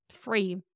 free